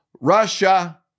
Russia